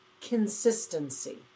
consistency